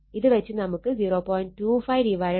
ഇത് വെച്ച് നമുക്ക് 0